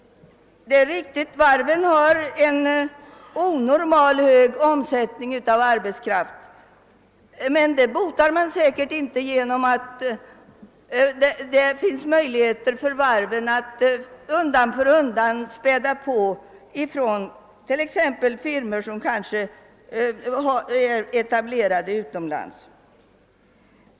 Det är riktigt att varven har en onormalt hög omsättning av arbetskraft, men det botar man säkert inte genom att det finns möjligheter för varven att undan för undan späda på arbetskraften från t.ex. firmor som kanske är etablerade utomlands.